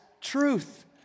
truth